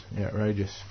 outrageous